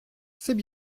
c’est